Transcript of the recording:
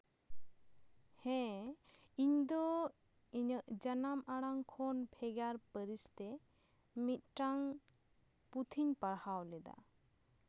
ᱦᱮᱸ ᱤᱧ ᱫᱚ ᱤᱧᱟᱹᱜ ᱡᱟᱱᱟᱢ ᱟᱲᱟᱝ ᱠᱷᱚᱱ ᱵᱷᱮᱜᱟᱨ ᱯᱟᱹᱨᱤᱥ ᱛᱮ ᱢᱤᱫᱴᱟᱝ ᱯᱩᱛᱷᱤᱧ ᱯᱟᱲᱦᱟᱣ ᱞᱮᱫᱟ